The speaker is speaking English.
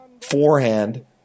forehand